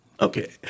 Okay